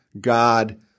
God